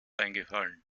eingefallen